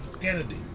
Kennedy